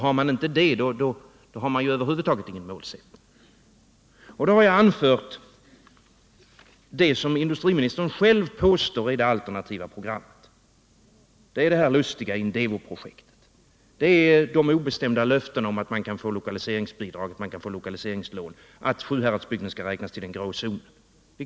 Har man inte det finns det över huvud taget ingen målsättning. Då har jag anfört det som industriministern själv påstår vara det alternativa programmet, det här lustiga Indevoprojektet. Det är de obestämda löftena om att man kan få lokaliseringsbidrag och lokaliseringslån, att Sjuhäradsbygden skall räknas till den grå zonen.